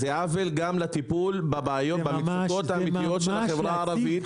זה עוול גם לטיפול במצוקות האמיתיות של החברה הערבית.